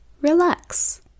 relax